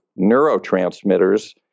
neurotransmitters